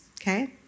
Okay